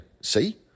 See